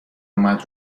اومد